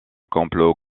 complot